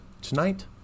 Tonight